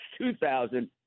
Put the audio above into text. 2,000